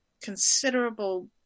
considerable